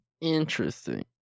interesting